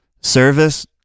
service